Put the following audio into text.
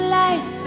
life